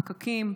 הפקקים.